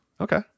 okay